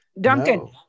Duncan